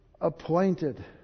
appointed